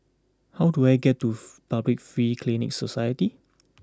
how do I get to Public Free Clinic Society